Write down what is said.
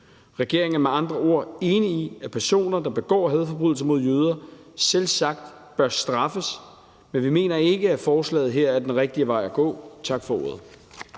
Regeringen er med andre ord enig i, at personer, der begår hadforbrydelser mod jøder, selvsagt bør straffes, men vi mener ikke, at forslaget her anviser den rigtige vej at gå. Tak for ordet.